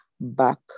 back